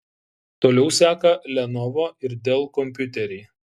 toliau seka lenovo ir dell kompiuteriai